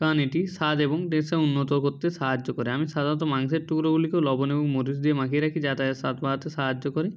কারণ এটি স্বাদ এবং উন্নত করতে সাহায্য করে আমি সাধারণত মাংসের টুকরোগুলিকেও লবণ এবং মরিচ দিয়ে মাখিয়ে রাখি যা তাদের স্বাদ বাড়াতে সাহায্য করে